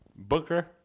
Booker